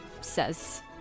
says